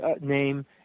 name